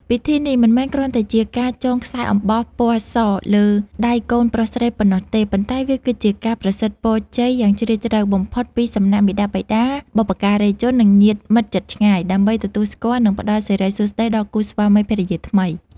ពិធីនេះមិនមែនគ្រាន់តែជាការចងខ្សែអំបោះពណ៌សលើកដៃកូនប្រុសស្រីប៉ុណ្ណោះទេ ប៉ុន្តែវាគឺជាការប្រសិទ្ធពរជ័យយ៉ាងជ្រាលជ្រៅបំផុតពីសំណាក់មាតាបិតា បុព្វការីជន និងញាតិមិត្តជិតឆ្ងាយ ដើម្បីទទួលស្គាល់ និងផ្តល់សិរីសួស្តីដល់គូស្វាមីភរិយាថ្មី។